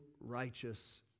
righteous